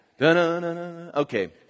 Okay